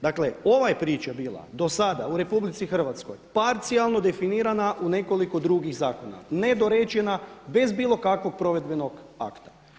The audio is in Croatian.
Dakle, ovaj je priča bila, do sada u RH parcijalno definirana u nekoliko drugih zakona, nedorečena, bez bilo kakvog provedbenog akta.